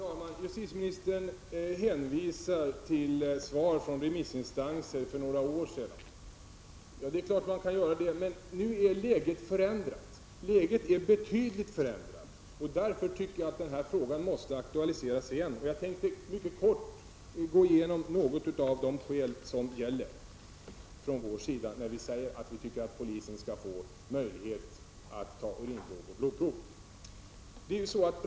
Fru talman! Justitieministern hänvisar till svar från remissinstanser för flera år sedan. Ja, det är klart att man kan göra det. Men nu är narkotikasituationen förändrad, och därför tycker jag att frågan om rätt för polisen att ta blodprov och urinprov måste aktualiseras igen. Jag tänkte mycket kort gå igenom några av de skäl som gör att vi från moderat sida tycker att polisen skall få möjlighet att ta urinprov och blodprov.